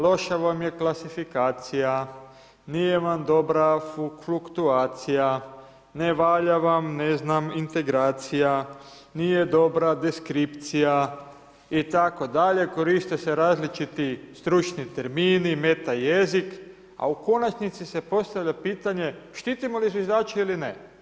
Loša vam je klasifikacija, nije vam dobra fluktuacija, ne valja vam ne znam, integracija, nije dobra deskripcija, itd., koriste se različiti stručni termini meta jezik a u konačnici se postavlja pitanje, štitimo li zviždače ili ne?